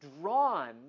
drawn